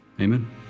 Amen